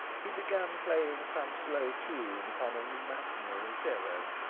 he began playing some slow tune upon an imaginary violoncello,